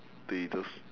they just